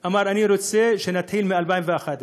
אמר: אני רוצה שנתחיל מ-2011.